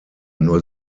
nur